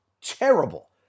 terrible